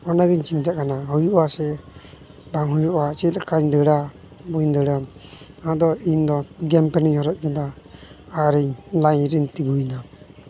ᱚᱱᱟᱜᱤᱧ ᱪᱤᱱᱛᱟᱹᱜ ᱠᱟᱱᱟ ᱦᱩᱭᱩᱜ ᱟᱥᱮ ᱵᱟᱝ ᱦᱩᱭᱩᱜᱼᱟ ᱪᱮᱫ ᱞᱮᱠᱟᱧ ᱫᱟᱹᱲᱟ ᱵᱟᱹᱧ ᱫᱟᱹᱲᱟ ᱟᱫᱚ ᱤᱧᱫᱚ ᱜᱮᱢ ᱯᱮᱱ ᱤᱧ ᱦᱚᱨᱚᱜ ᱠᱮᱫᱟ ᱟᱨᱤᱧ ᱞᱟᱭᱤᱱ ᱨᱮᱧ ᱛᱤᱸᱜᱩᱭᱮᱱᱟ